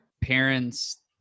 parents